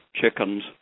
chickens